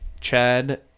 Chad